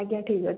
ଆଜ୍ଞା ଠିକ୍ ଅଛି